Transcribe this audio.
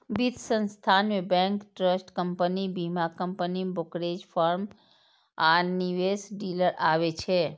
वित्त संस्थान मे बैंक, ट्रस्ट कंपनी, बीमा कंपनी, ब्रोकरेज फर्म आ निवेश डीलर आबै छै